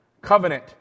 Covenant